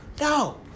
no